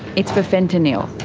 it's for fentanyl.